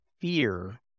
fear